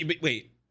wait